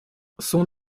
son